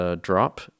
drop